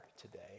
today